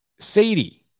Sadie